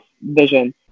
vision